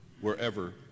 wherever